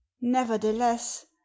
nevertheless